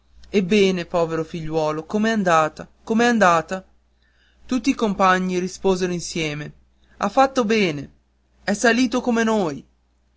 ebbene povero figliuolo com'è andata com'è andata tutti i compagni risposero insieme ha fatto bene è salito come noi